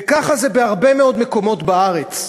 וככה זה בהרבה מאוד מקומות בארץ.